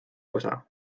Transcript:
osa